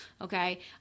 Okay